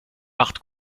acht